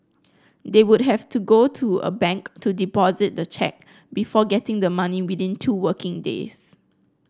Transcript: they would have to go to a bank to deposit the cheque before getting the money within two working days